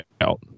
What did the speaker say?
out